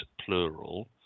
plural